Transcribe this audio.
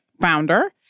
founder